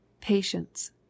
Patience